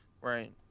Right